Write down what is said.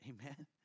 Amen